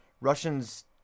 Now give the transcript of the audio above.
Russians